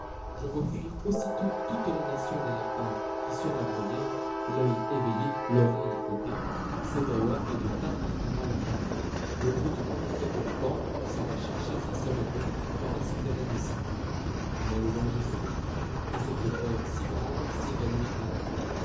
je vois fuir aussitôt toute la nation des lapins qui sur la bruyère l'œil éveillé l'oreille au guet s'égayoient et de thym parfumoient leur banquet le bruit du coup fait que la bande s'en va chercher sa sûreté dans la souterraine cité mais le danger s'oublie et cette peur si grande s'évanouit bientôt